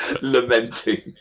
lamenting